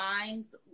minds